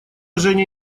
женя